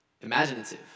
imaginative